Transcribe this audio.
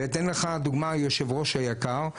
ואתן לך דוגמה יושב ראש יקר,